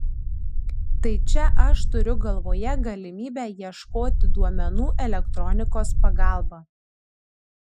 tai čia aš turiu galvoje galimybę ieškoti duomenų elektronikos pagalba